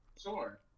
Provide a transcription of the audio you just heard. Sure